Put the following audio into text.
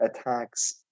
attacks